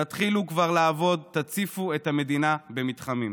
תתחילו כבר לעבוד, תציפו את המדינה במתחמים.